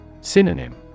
Synonym